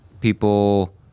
people